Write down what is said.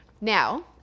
now